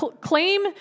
claim